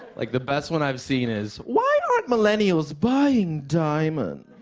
like the best one i've seen is. why aren't millennials buying diamonds?